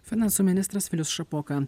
finansų ministras vilius šapoka